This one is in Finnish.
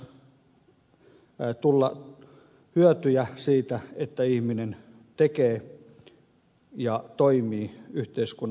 täytyy myös tulla hyötyjä siitä että ihminen tekee ja toimii yhteiskunnan hyväksi